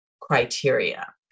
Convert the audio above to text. criteria